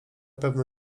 pewno